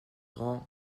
grandes